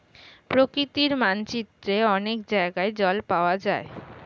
প্রকৃতির মানচিত্রে অনেক জায়গায় জল পাওয়া যায়